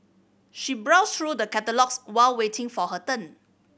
she browsed through the catalogues while waiting for her turn